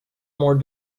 more